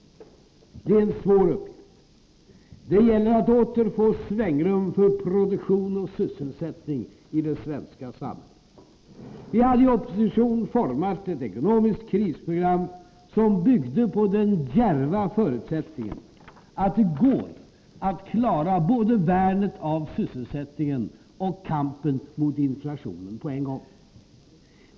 Det är en svår uppgift. Det gäller att åter få svängrum för produktion och sysselsättning i det svenska samhället. Vi hade i opposition format ett ekonomiskt krisprogram som byggde på den djärva förutsättningen att det går att klara både värnet av sysselsättningen och kampen mot inflationen på en gång.